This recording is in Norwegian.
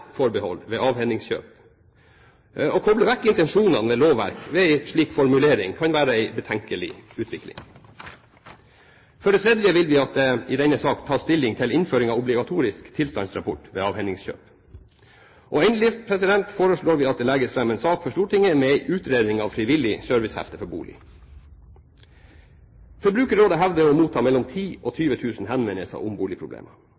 ved avhendingskjøp. Å koble vekk intensjonene ved lovverk ved en slik formulering kan være en betenkelig utvikling. For det tredje vil vi at det i denne saken tas stilling til innføring av obligatorisk tilstandsrapport ved avhendingskjøp. Og endelig foreslår vi at det legges fram en sak for Stortinget med en utredning av frivillig servicehefte for bolig. Forbrukerrådet hevder å motta mellom 10 000 og 20 000 henvendelser om boligproblemer.